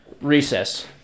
recess